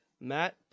Matt